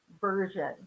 version